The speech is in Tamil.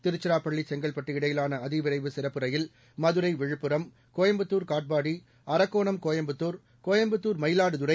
திருச்சிராப்பள்ளி செங்கற்பட்டு இடையிலான அதிவிரைவு சிறப்பு ரயில் மதுரை விழுப்புரம் கோயம்புத்தூர் காட்பாடி அரக்கோணம் கோயம்புத்தூர் கோயம்புத்தூர் மயிலாடுதுறை